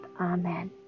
amen